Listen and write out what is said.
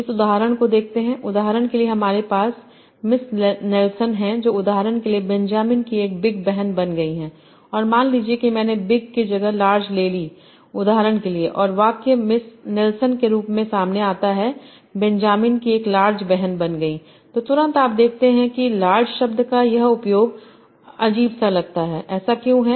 इस उदाहरण को देखते हैं उदाहरण के लिए हमारे पास मिस नेल्सन हैजो उदाहरण के लिए बेंजामिन की एक बिग बहन बन गई और मान लीजिए कि मैंने बिग के जगह लार्ज ले ली उदाहरण के लिए और वाक्य मिस नेल्सन के रूप में सामने आता है बेंजामिन की एक लार्ज बहन बन गई और तुरंत आप देख सकते हैं कि लार्ज शब्द का यह उपयोग तुरंत अजीब लग रहा है और ऐसा क्यों है